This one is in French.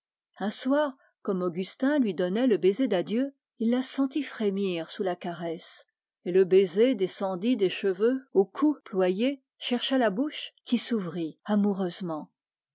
un soir comme augustin lui donnait le baiser d'adieu il la sentit frémir sous la caresse et le baiser descendant des cheveux trouva des lèvres ardentes qui s'ouvrirent amoureusement